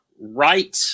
right